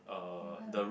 you have ah